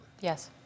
Yes